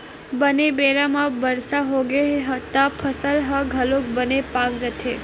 बने बेरा म बरसा होगे त फसल ह घलोक बने पाक जाथे